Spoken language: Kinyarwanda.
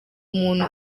umuntu